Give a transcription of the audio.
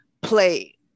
play